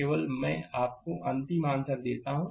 केवल मैं आपको अंतिम आंसर देता हूं